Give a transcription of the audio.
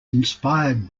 inspired